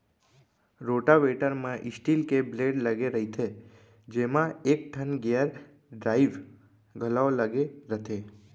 rotavator म steel के blade लगे रइथे जेमा एकठन गेयर ड्राइव घलौ लगे रथे